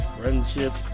Friendships